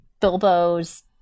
Bilbo's